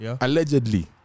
allegedly